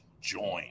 join